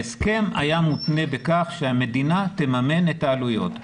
ההסכם היה מותנה בכך שהמדינה תממן את העלויות.